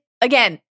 again